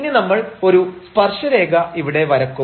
ഇനി നമ്മൾ ഒരു സ്പർശരേഖ ഇവിടെ വരക്കും